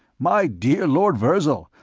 my dear lord virzal,